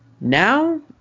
Now